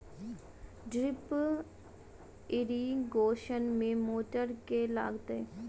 Drip irrigation मे motor केँ लागतै?